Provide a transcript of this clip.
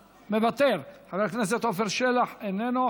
מוותר, חבר הכנסת עפר שלח, איננו.